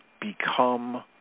become